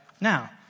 now